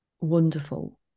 wonderful